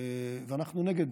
ואנחנו נגד